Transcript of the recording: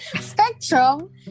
spectrum